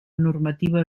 normativa